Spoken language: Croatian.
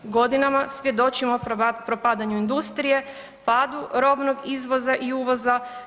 Godinama svjedočimo propadanju industrije, padu robnog izvoza i uvoza.